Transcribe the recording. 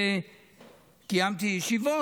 שאני קיימתי ישיבות,